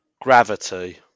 Gravity